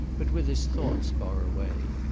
but with his thoughts far away.